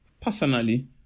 personally